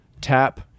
tap